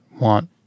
want